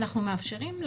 אנחנו מאפשרים.